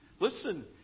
Listen